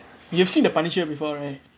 you've seen the punisher before right